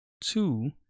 two